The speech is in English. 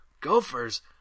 gophers